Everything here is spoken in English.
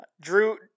Drew